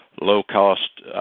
low-cost